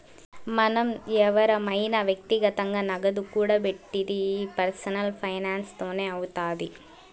మనం ఎవురమైన వ్యక్తిగతంగా నగదు కూడబెట్టిది ఈ పర్సనల్ ఫైనాన్స్ తోనే అవుతాది